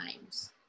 times